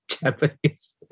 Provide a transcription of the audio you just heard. Japanese